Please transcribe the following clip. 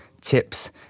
tips